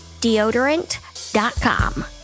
Deodorant.com